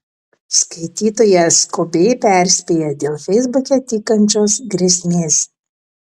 skaitytoja skubiai perspėja dėl feisbuke tykančios grėsmės